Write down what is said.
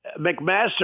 McMaster